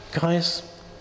Guys